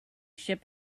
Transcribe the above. ship